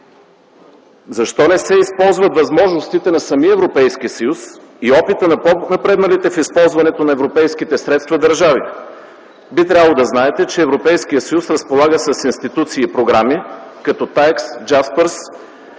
Защо не се използват възможностите на самия Европейски съюз и опита на по-напредналите държави в използването на европейските средства? Би трябвало да знаете, че Европейският съюз разполага с институции и програми като „ТАЙЕКС”,